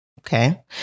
Okay